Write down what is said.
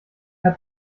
hat